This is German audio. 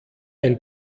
ein